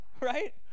right